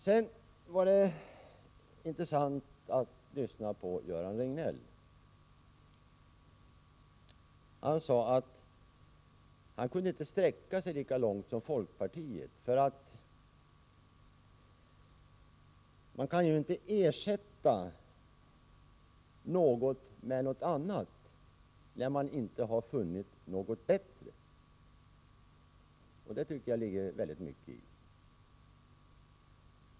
Det var intressant att lyssna på Göran Riegnell. Han sade att han inte kunde sträcka sig lika långt som folkpartiet, för man kan inte ersätta en sak med en annan när man inte har funnit något bättre. Det tycker jag det ligger väldigt mycket i.